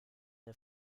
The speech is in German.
der